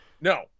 No